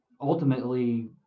ultimately